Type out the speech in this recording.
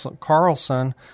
Carlson